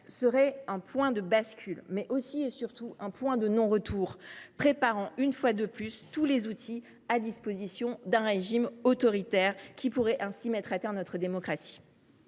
serait un point de bascule, mais aussi et surtout un point de non retour, préparant une fois de plus tous les outils qui seraient mis à disposition d’un régime autoritaire, qui pourrait ainsi mettre à terre notre démocratie.